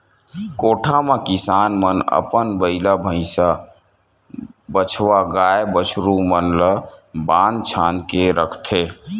कोठा म किसान मन अपन बइला, भइसा, बछवा, गाय, बछरू मन ल बांध छांद के रखथे